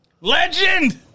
Legend